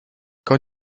qu’en